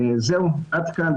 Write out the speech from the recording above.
עד כאן,